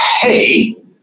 hey